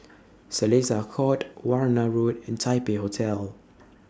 Seletar Court Warna Road and Taipei Hotel